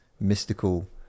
mystical